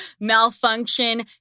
malfunction